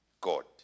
God